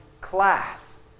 class